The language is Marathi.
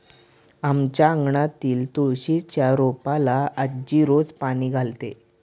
आमच्या अंगणातील तुळशीच्या रोपाला आजी रोज पाणी घालते